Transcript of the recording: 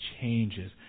changes